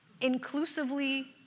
inclusively